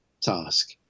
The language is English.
task